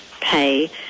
pay